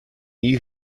you